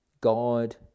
God